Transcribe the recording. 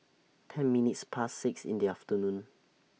ten minutes Past six in The afternoon